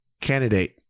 candidate